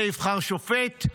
זה יבחר שופט,